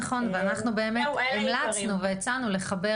נכון ואנחנו באמת המלצנו והצענו לחבר